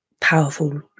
powerful